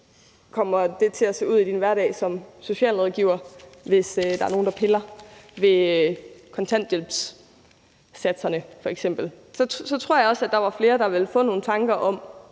kommer det til at se ud i din hverdag som socialrådgiver, hvis der er nogle, der piller ved kontanthjælpssatserne f.eks.?«. Så tror jeg også, der var flere, der ville få nogle tanker om,